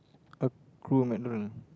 a crew McDonald